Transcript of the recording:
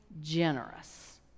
generous